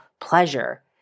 pleasure